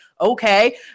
okay